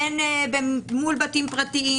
בין מול בתים פרטיים